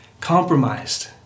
compromised